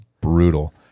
Brutal